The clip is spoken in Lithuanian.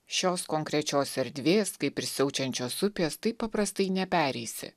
šios konkrečios erdvės kaip ir siaučiančios upės taip paprastai nepereisi